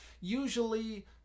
usually